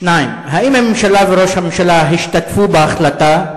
2. האם הממשלה וראש הממשלה השתתפו בהחלטה?